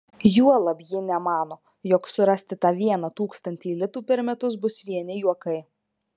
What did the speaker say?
juolab ji nemano jog surasti tą vieną tūkstantį litų per metus bus vieni juokai